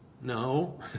No